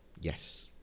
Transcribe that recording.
Yes